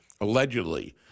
allegedly